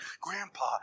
Grandpa